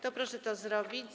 To proszę to zrobić.